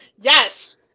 yes